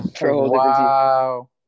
Wow